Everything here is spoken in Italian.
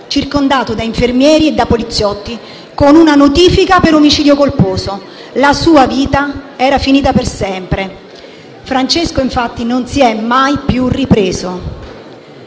circondato da infermieri e poliziotti, con una notifica per omicidio colposo. La sua vita era finita per sempre. Francesco, infatti, non si è mai più ripreso.